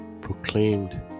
proclaimed